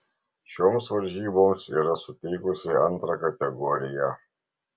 šioms varžyboms yra suteikusi antrą kategoriją